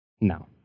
No